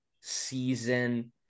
season